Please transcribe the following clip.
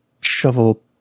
shovel